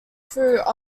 through